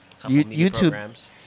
YouTube